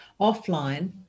offline